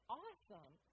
awesome